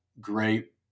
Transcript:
Great